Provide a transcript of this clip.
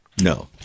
No